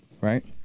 right